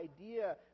idea